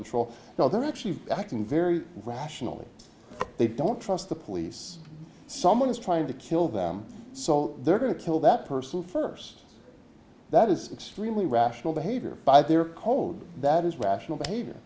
control you know they're actually acting very rationally they don't trust the police someone is trying to kill them so they're going to kill that person first that is extremely rational behavior by their code that is rational behavior